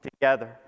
together